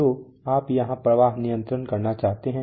तो आप यहाँ प्रवाह नियंत्रित करना चाहते है